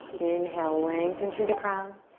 inhale, lengthen through the crown.